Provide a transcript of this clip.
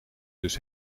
dus